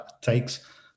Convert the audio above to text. takes